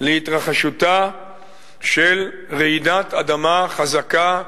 של התרחשות רעידת אדמה חזקה,